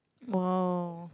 !wow!